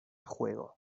juego